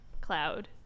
Cloud